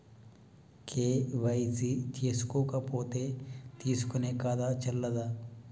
KYC చేసుకోకపోతే తీసుకునే ఖాతా చెల్లదా?